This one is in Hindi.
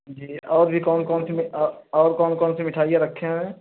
जी और भी कौन कौन से और कौन कौन से मिठाइयाँ रखे हैं